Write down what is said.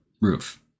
roof